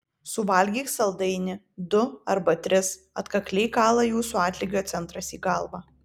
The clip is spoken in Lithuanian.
suvalgyk saldainį du arba tris atkakliai kala jūsų atlygio centras į galvą